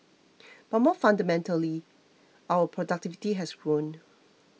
but more fundamentally our productivity has grown